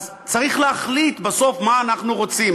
אז צריך להחליט בסוף מה אנחנו רוצים.